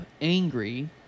angry